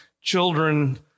children